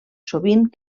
sovint